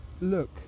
look